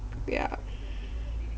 yeah